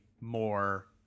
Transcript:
more